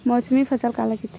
मौसमी फसल काला कइथे?